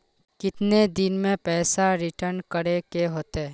कितने दिन में पैसा रिटर्न करे के होते?